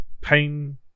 pain